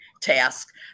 task